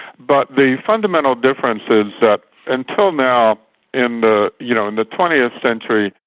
but the fundamental difference is that until now in the you know in the twentieth century,